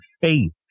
faith